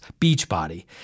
Beachbody